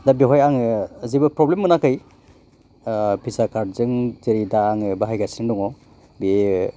दा बेवहाय आङो जेबो प्रब्लेम मोनाखै भिसा कार्डजों जेरै आं दा बाहायगासिनो दङ बेयो